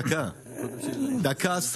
נקמה,